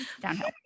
downhill